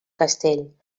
castell